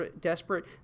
desperate